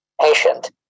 Patient